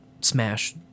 smash